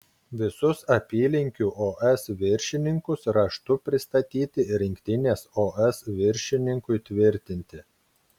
visus apylinkių os viršininkus raštu pristatyti rinktinės os viršininkui tvirtinti